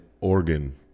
organ